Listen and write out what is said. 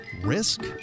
Risk